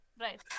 Right